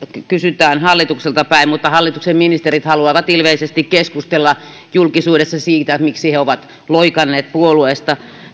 kysytään hallitukselta päin mutta hallituksen ministerit haluavat ilmeisesti keskustella julkisuudessa siitä miksi he ovat loikanneet puolueesta